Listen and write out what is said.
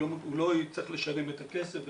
הוא לא יצטרך לשלם את הכסף.